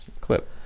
clip